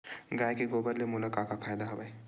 गाय के गोबर ले मोला का का फ़ायदा हवय?